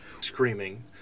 screaming